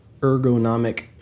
ergonomic